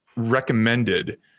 recommended